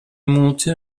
multe